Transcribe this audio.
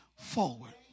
forward